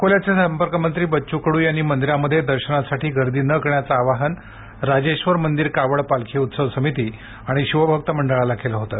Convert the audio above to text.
अकोल्याचे संपर्क मंत्री बच्चू कडू यांनी मंदिरांमध्ये दर्शनासाठी गर्दी न करण्याचे आवाहन राजेश्वर मंदिर कावड पालखी उत्सव समिती आणि शिवभक्त मंडळाला केले होते